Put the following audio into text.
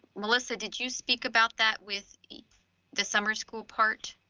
melissa, did you speak about that with the summer school part?